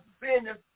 business